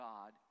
God